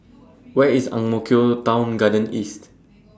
Where IS Ang Mo Kio Town Garden East